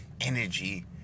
energy